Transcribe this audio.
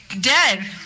dead